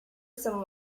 some